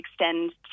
extend